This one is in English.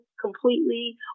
completely